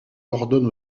ordonne